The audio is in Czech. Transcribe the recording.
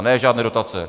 Ne žádné dotace!